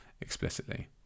explicitly